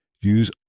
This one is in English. use